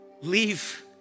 leave